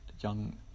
young